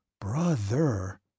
Brother